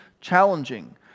challenging